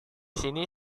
sini